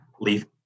leave